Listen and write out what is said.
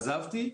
עזבתי,